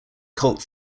cult